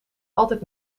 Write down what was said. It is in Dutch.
altijd